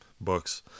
books